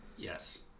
Yes